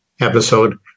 episode